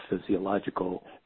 physiological